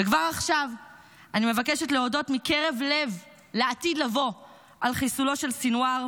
וכבר עכשיו אני מבקשת להודות מקרב לב לעתיד לבוא על חיסולו של סנוואר,